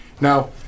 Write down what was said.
Now